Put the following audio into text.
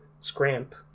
Scamp